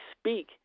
speak